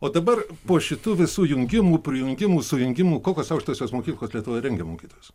o dabar po šitų visų jungimų prijungimų sujungimų kokios aukštosios mokyklos lietuvoje rengia mokytojus